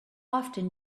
often